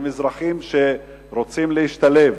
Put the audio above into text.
הם אזרחים שרוצים להשתלב